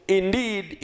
indeed